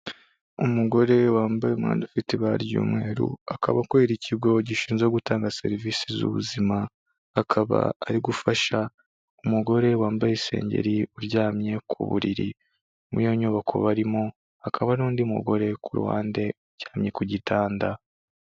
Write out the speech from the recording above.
Umugore wambaye umwenda ufite ibara ry'umweru, akaba akorera ikigo gishinzwe gutanga serivisi z'ubuzima, akaba ari gufasha umugore wambaye isengeri, uryamye ku buriri, muri iyo nyubako barimo hakaba n'undi mugore ku ruhande uryamye ku gitanda.